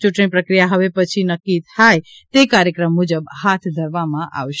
ચૂંટણી પ્રક્રિયા હવે પછી નક્કી થાય તે કાર્યક્રમ મુજબ હાથ ધરવામાં આવશે